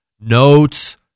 notes